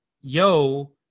Yo